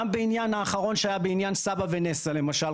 גם בעניין האחרון שהיה בעניין סבא ונסה, למשל.